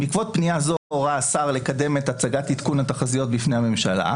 "בעקבות פנייה זו הורה השר לקדם את הצגת עדכון התחזיות בפני הממשלה,